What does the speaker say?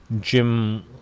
Jim